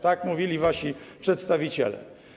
Tak mówili wasi przedstawiciele.